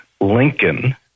Lincoln